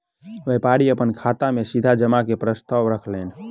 व्यापारी अपन खाता में सीधा जमा के प्रस्ताव रखलैन